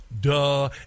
Duh